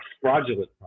fraudulent